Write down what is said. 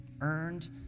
earned